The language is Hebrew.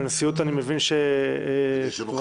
בנשיאות אני מבין שכבר --- כדי שנוכל